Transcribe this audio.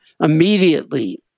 immediately